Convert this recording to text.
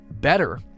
better